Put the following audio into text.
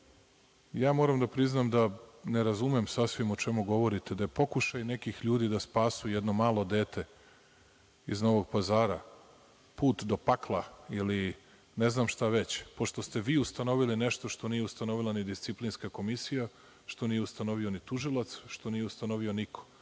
moram da priznam da ne razumem sasvim o čemu govorite. Da je pokušaj nekih ljudi da spasu jedno malo dete iz Novog Pazara, put do pakla ili ne znam šta već, pošto ste vi ustanovili nešto što nije ustanovila ni disciplinska komisija, što nije ustanovio ni tužilac, što nije ustanovio niko.